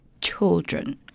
children